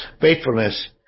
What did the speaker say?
faithfulness